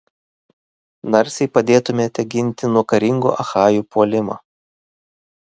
narsiai padėtumėte ginti nuo karingų achajų puolimo